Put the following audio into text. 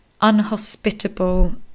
unhospitable